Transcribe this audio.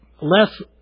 less